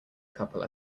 couple